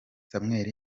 samuel